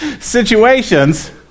Situations